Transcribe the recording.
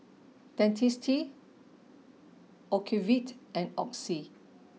Dentiste Ocuvite and Oxy